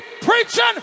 preaching